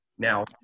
Now